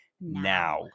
now